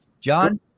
John